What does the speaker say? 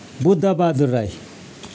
Buddha Bahadur Rai